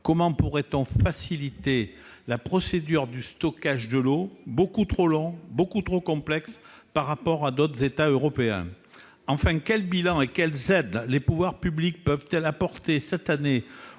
comment pourrait-on faciliter la procédure du stockage de l'eau, beaucoup trop longue, beaucoup trop complexe par rapport à d'autres États européens ? Enfin, quel bilan et quelles aides les pouvoirs publics peuvent-ils apporter cette année